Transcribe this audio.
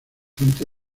horizonte